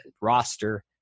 roster